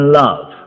love